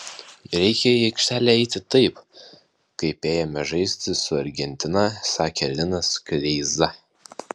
reikia į aikštelę eiti taip kaip ėjome žaisti su argentina sakė linas kleiza